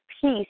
peace